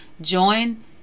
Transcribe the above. Join